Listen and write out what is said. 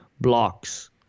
blocks